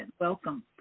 Welcome